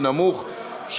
התשע"ו 2016,